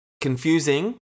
Confusing